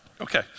Okay